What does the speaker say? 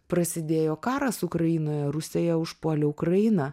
prasidėjo karas ukrainoje rusija užpuolė ukrainą